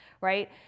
Right